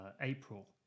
April